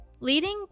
Leading